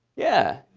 yeah.